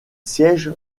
siège